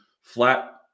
flat